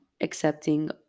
accepting